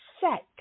set